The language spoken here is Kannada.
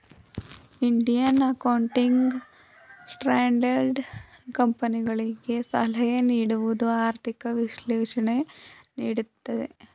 ಇಂಡಿಯನ್ ಅಕೌಂಟಿಂಗ್ ಸ್ಟ್ಯಾಂಡರ್ಡ್ ಕಂಪನಿಗಳಿಗೆ ಸಲಹೆ ನೀಡುವುದು, ಆರ್ಥಿಕ ವಿಶ್ಲೇಷಣೆ ನೀಡುತ್ತದೆ